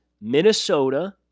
Minnesota